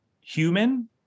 human